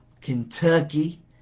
Kentucky